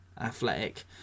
athletic